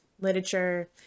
Literature